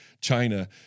China